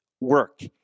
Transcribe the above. work